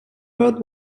world